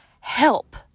Help